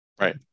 Right